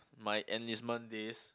my enlistment days